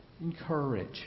encourage